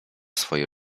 swojej